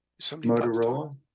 Motorola